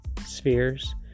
spheres